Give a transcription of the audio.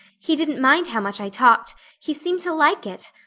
he didn't mind how much i talked he seemed to like it.